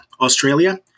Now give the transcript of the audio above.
Australia